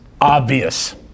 obvious